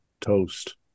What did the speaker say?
toast